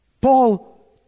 Paul